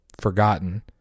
forgotten